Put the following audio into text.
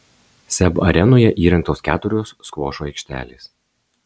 seb arenoje įrengtos keturios skvošo aikštelės